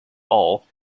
all